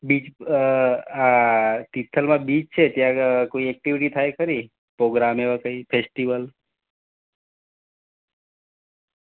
બીજું આ તીથલમાં બીચ છે ત્યાં આગળ કોઈ એક્ટિવિટી થાય ખરી પ્રોગ્રામ એવાં કંઈ ફેસ્ટિવલ